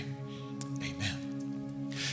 amen